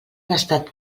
estat